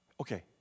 Okay